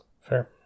Fair